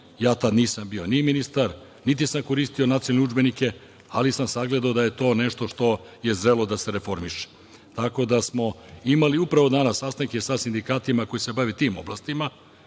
Ja tad nisam bio ni ministar, niti sam koristio nacionalne udžbenike, ali sam sagledao da je to nešto što je zrelo da se reformiše. Tako da, imali smo upravo danas sastanke sa sindikatima koji se bave tim oblastima